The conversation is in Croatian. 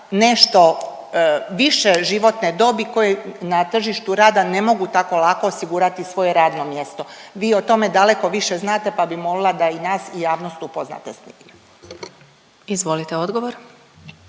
nešto više životne dobi koje na tržištu rada ne mogu tako lako osigurati svoje radno mjesto. Vi o tome daleko više znate pa bih molila da i nas i javnost upoznate s tim. **Glasovac,